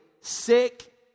sick